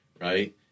right